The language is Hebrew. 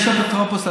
יש אפוטרופוס.